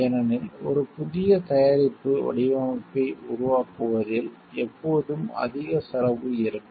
ஏனெனில் ஒரு புதிய தயாரிப்பு வடிவமைப்பை உருவாக்குவதில் எப்போதும் அதிக செலவு இருக்கும்